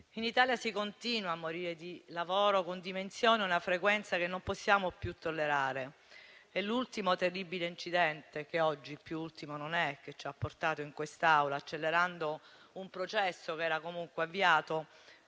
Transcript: In Italia si continua a morire di lavoro, con dimensioni e una frequenza che non possiamo più tollerare e l'ultimo terribile incidente - che oggi ultimo più non è - che ci ha portato a discutere in quest'Aula, accelerando un processo che era comunque avviato,